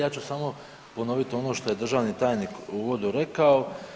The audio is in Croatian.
Ja ću samo ponovit ono što je državni tajnik u uvodu rekao.